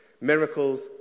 Miracles